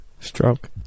Stroke